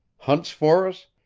hunts for us,